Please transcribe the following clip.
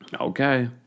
Okay